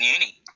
Uni